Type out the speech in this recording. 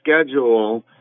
schedule